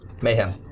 Mayhem